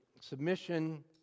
submission